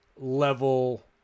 level